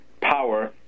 power